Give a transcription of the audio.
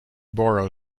borrow